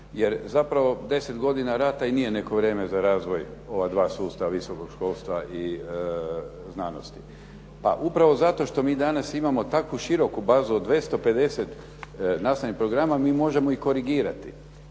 jer zapravo 10 godina rata i nije neko vrijeme za razvoj ova dva sustava visokog školstva i znanosti. Pa upravo zato što mi danas imamo takvu široku bazu od 250 nastavnih programa mi možemo i korigirati.